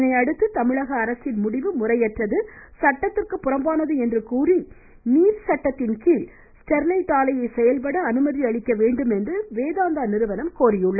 இதனையடுத்து தமிழக அரசின் முடிவு முறையற்றது சட்டத்திற்கு புறம்பானது என்று கூறி நீர் சட்டத்தின்படி ஸ்டெர்லைட் ஆலையை செயல்பட அனுமதி அளிக்க வேண்டும் என்று வேதாந்தா நிறுவனம் கோரியுள்ளது